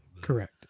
Correct